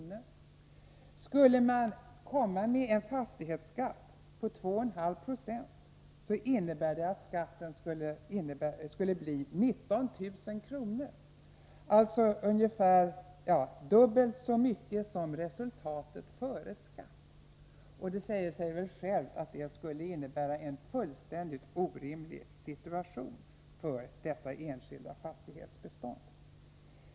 före skatt. Om man införde en fastighetsskatt på 2,5 26, skulle det innebära att skatten blev 19 000 kr., alltså dubbelt så mycket som resultatet före skatt. Det säger sig självt att det skulle innebära en fullständigt orimlig situation för detta enskilda fastighetsbestånd.